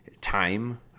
Time